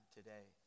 today